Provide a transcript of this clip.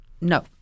No